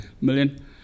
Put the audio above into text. million